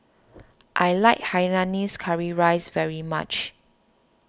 I like Hainanese Curry Rice very much